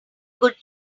good